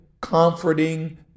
comforting